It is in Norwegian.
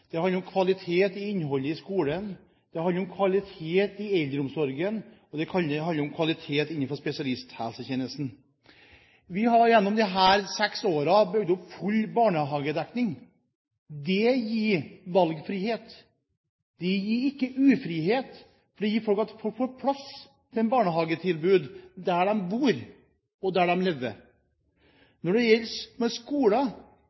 Det handler om kvalitet i innholdet i barnehagen, det handler om kvalitet i innholdet i skolen, det handler om kvalitet i eldreomsorgen, og det handler om kvalitet innenfor spesialisthelsetjenesten. Vi har gjennom disse seks årene bygd opp full barnehagedekning. Det gir valgfrihet. Det gir ikke ufrihet, for det gjør at folk får plass, et barnehagetilbud, der de bor og der